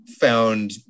found